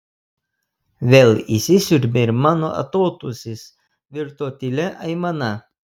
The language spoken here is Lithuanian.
vėl įsisiurbė ir mano atodūsis virto tylia aimana